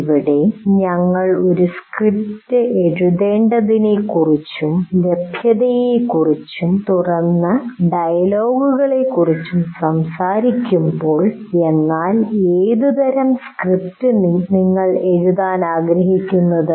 ഇവിടെ ഞങ്ങൾ ഒരു സ്ക്രിപ്റ്റ് എഴുതേണ്ടതിനെക്കുറിച്ചും ലഭ്യതയെക്കുറിച്ചും തുടർന്ന് ഡയലോഗുകളെക്കുറിച്ചും സംസാരിക്കുമ്പോൾ എന്നാൽ ഏത് തരം സ്ക്രിപ്റ്റ് നിങ്ങൾ എഴുതാൻ ആഗ്രഹിക്കുന്നുത്